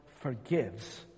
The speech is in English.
forgives